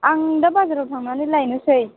आं दा बाजाराव थांनानै लायनोसै